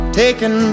taken